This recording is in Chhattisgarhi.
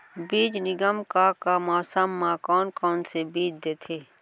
बीज निगम का का मौसम मा, कौन कौन से बीज देथे?